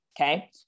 Okay